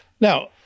now